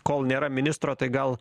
kol nėra ministro tai gal